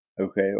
okay